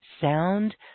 sound